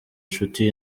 nshuti